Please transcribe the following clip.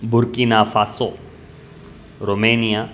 Burkina Faso Romania